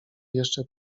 jeszcze